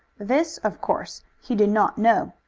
this of course he did not know.